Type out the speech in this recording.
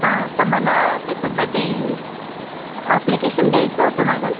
हा तर मला त्याच्यासाठी ॲप्लिकेशन द्यायचं होतं मॅडम